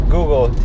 Google